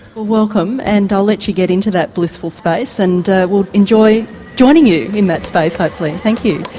well welcome, and i'll let you get into that blissful space and we'll enjoy joining you in that space hopefully thank you.